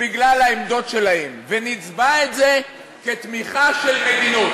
בגלל העמדות שלהם, ונצבע את זה כתמיכה של מדינות?